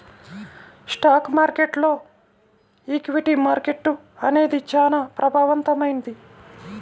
stock మార్కెట్టులో equity market అనేది చానా ప్రభావవంతమైంది